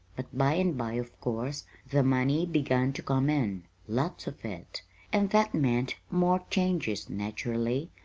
but by and by, of course, the money begun to come in lots of it and that meant more changes, naturally.